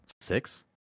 Six